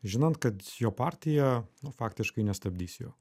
žinant kad jo partija faktiškai nestabdys jo